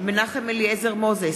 מנחם אליעזר מוזס,